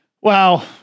Wow